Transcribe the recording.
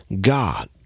God